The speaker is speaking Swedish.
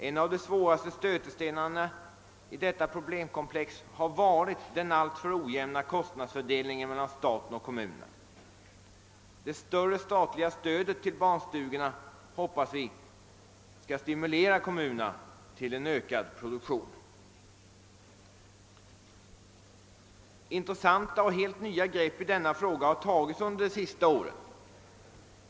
En av de svåraste stötestenarna i detta problemkomplex har varit den alltför ojämna kostnadsfördelningen mellan staten och kommunerna. Det större statliga stödet till barnstugorna hoppas vi skall stimulera kommunerna till en ökad produktion. Intressanta och helt nya grepp i denna fråga har tagits under de senaste åren.